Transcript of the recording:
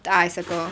eye circle